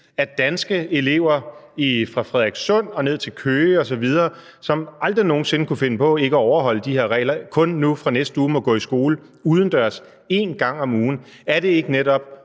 at danske elever fra Frederikssund og ned til Køge osv., som aldrig nogen sinde kunne finde på ikke at overholde de her regler, nu fra næste uge kun må gå i skole udendørs en gang om ugen, ikke netop,